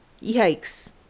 Yikes